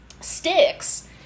sticks